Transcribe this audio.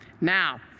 Now